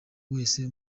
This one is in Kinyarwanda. wese